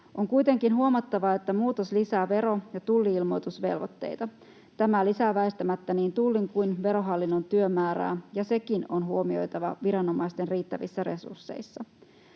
On kuitenkin huomattava, että muutos lisää vero- ja tulli-ilmoitusvelvoitteita. Tämä lisää väistämättä niin Tullin kuin Verohallinnon työmäärää, ja sekin on huomioitava viranomaisten riittävissä resursseissa.